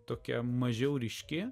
tokia mažiau ryški